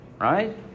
Right